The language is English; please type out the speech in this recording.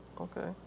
Okay